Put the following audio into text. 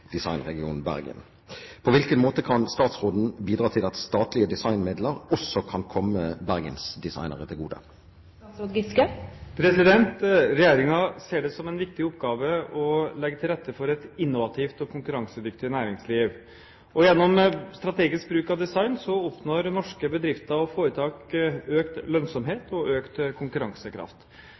at statlige designmidler også kan komme bergensdesignere til gode?» Regjeringen ser det som en viktig oppgave å legge til rette for et innovativt og konkurransedyktig næringsliv. Gjennom strategisk bruk av design oppnår norske bedrifter og foretak økt lønnsomhet og økt konkurransekraft.